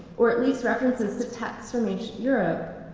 or at least references to texts from ancient europe.